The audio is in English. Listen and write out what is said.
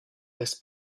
this